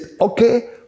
okay